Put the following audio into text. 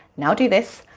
now do this,